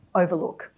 overlook